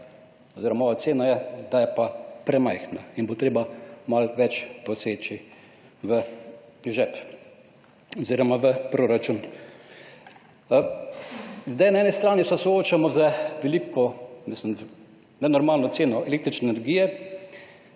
oziroma moja ocena je, da je pa premajhna in bo treba malo več poseči v žep oziroma v proračun. Zdaj na eni strani se soočamo z veliko, mislim nenormalno ceno električne energije,